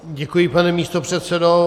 Děkuji, pane místopředsedo.